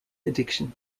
addiction